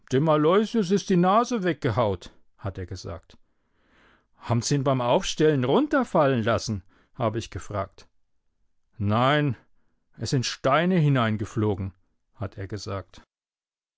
dem aloysius is die nase weggehaut hat er gesagt haben s ihn beim aufstellen runterfallen lassen habe ich gefragt nein es sind steine hineingeflogen hat er gesagt